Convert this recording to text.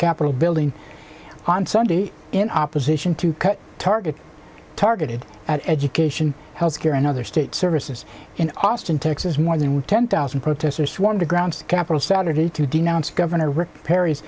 capitol building on sunday in opposition to cut target targeted at education health care and other state services in austin texas more than ten thousand protesters swarmed the grounds to capitol saturday to denounce governor rick p